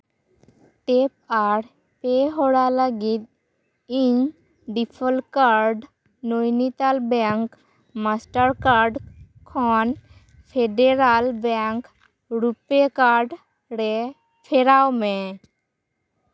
tape ᱟᱨ pay ᱦᱚᱲᱟᱜ ᱞᱟᱹᱜᱤᱫ ᱤᱧ default card Nainital bank Mastercard ᱠᱷᱚᱱ ᱯᱷᱮᱹᱰᱮᱹᱨᱟᱞ ᱵᱮᱝᱠ ᱨᱩᱯᱮ ᱠᱟᱨᱰ ᱨᱮ ᱯᱷᱮᱨᱟᱣ ᱢᱮ